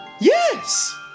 Yes